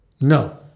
No